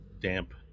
damp